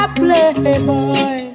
playboy